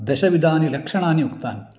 दशविधानि लक्षणानि उक्तानि